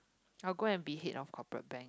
I'll go and be head of corporate bank